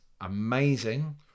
amazing